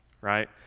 right